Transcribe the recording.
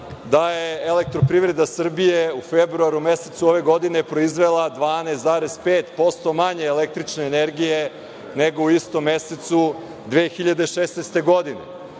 li je istina da je EPS u februaru mesecu ove godine proizvela 12,5% manje električne energije nego u istom mesecu 2016. godine?